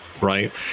right